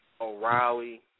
O'Reilly